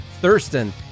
Thurston